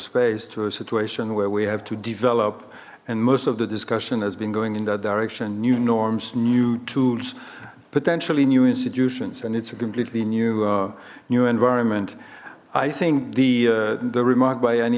space to a situation where we have to develop and most of the discussion has been going in that direction new norms new tools potentially new institutions and it's a completely new new environment i think the the remark